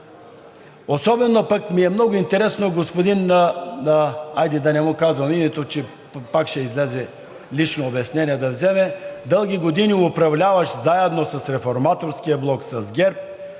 особено пък ми е много интересно, господин… хайде да не му казвам името, че пак ще излезе да вземе лично обяснение, дълги години управляващ заедно с Реформаторския блок, с ГЕРБ,